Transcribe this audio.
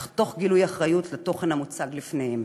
אך תוך גילוי אחריות לתוכן המוצג לפניהם.